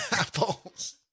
apples